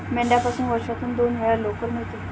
मेंढ्यापासून वर्षातून दोन वेळा लोकर मिळते